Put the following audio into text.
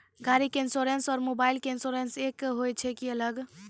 गाड़ी के इंश्योरेंस और मोबाइल के इंश्योरेंस एक होय छै कि अलग?